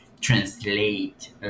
translate